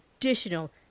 additional